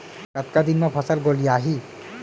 कतका दिन म फसल गोलियाही?